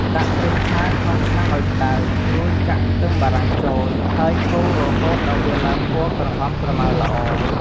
ដាក់ប្រេងឆាក្នុងឆ្នាំងឱ្យក្ដៅ រួចចាក់ខ្ទឹមបារាំងចូល ហើយកូររហូតដល់វាឡើងពណ៌ក្រហមក្រម៉ៅល្អ។